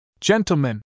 Gentlemen